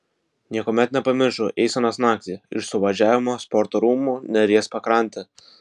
niekuomet nepamiršiu eisenos naktį iš suvažiavimo sporto rūmų neries pakrante